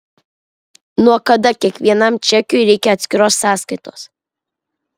nuo kada kiekvienam čekiui reikia atskiros sąskaitos